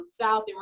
South